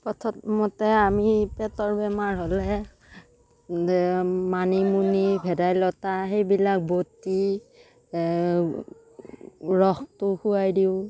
প্ৰথমতে আমি পেটৰ বেমাৰ হ'লে দে মানিমুনি ভেদাইলতা সেইবিলাক বটি ৰসটো খোৱাই দিওঁ